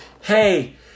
hey